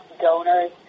donors